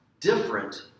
different